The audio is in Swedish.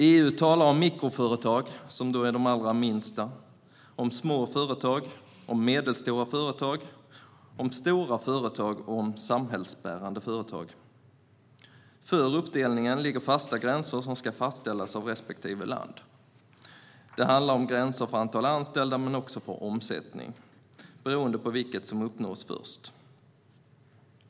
EU talar om mikroföretag, som är de allra minsta, om små företag, om medelstora företag, om stora företag och om samhällsbärande företag. För uppdelningen ligger fasta gränser, och de ska fastställas av respektive land. Det handlar om gränser för antal anställda men också för omsättning, beroende på vilket som uppnås först.